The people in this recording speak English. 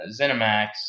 Zenimax